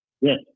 Yes